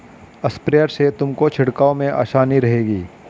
sprayer से तुमको छिड़काव में आसानी रहेगी